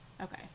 Okay